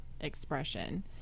expression